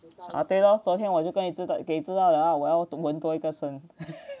啊对了昨天我就跟知道给知道了我要董文多一个身